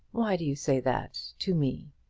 why do you say that to me?